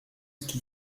qui